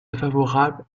défavorable